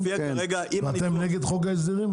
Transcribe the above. ואתם נגד חוק ההסדרים?